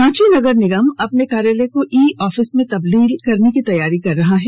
रांची नगर निगम अपने कार्यालय को ई ऑफिस में तब्दील करने की तैयारी कर रहा है